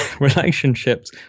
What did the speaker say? relationships